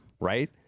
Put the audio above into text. Right